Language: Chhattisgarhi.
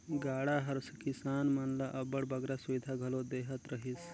गाड़ा हर किसान मन ल अब्बड़ बगरा सुबिधा घलो देहत रहिस